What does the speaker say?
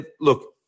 look